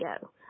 go